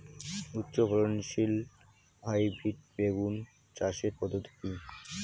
উচ্চ ফলনশীল হাইব্রিড বেগুন চাষের পদ্ধতি কী?